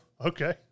Okay